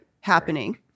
happening